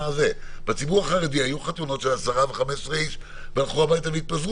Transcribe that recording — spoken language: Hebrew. בציבור החרדי היו חתונות של עשרה ו-15 איש והלכו הביתה והתפזרו